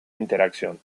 interacción